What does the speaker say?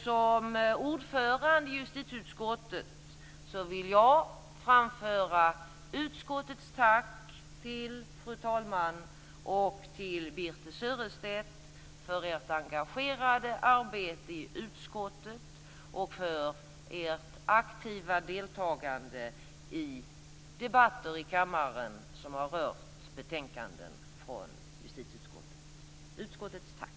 Som ordförande i justitieutskottet vill jag framföra utskottets tack till fru talman och till Birthe Sörestedt för ert engagerade arbete i utskottet och för ert aktiva deltagande i debatter i kammaren som har rört betänkanden från justitieutskottet. Utskottets tack!